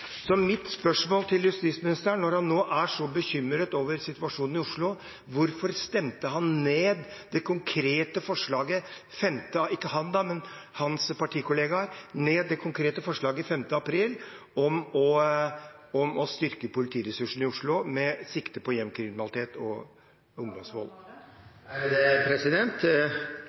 Mitt spørsmål til justisministeren, når han nå er så bekymret over situasjonen i Oslo, er: Hvorfor stemte han ned – ikke han selv, men hans partikollegaer – det konkrete forslaget den 5. april om å styrke politiressursene i Oslo med sikte på gjengkriminalitet og